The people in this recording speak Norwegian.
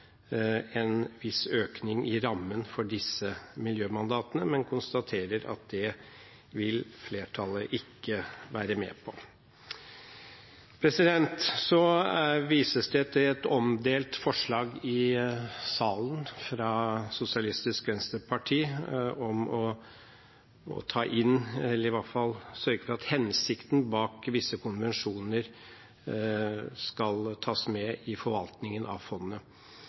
en viss økning i rammen for disse miljømandatene, men konstaterer at det vil flertallet ikke være med på. Så vises det til et omdelt forslag i salen fra Sosialistisk Venstreparti, om å sørge for at hensiktene bak visse konvensjoner skal tas med i forvaltningen av fondet.